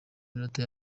minota